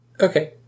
Okay